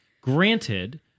Granted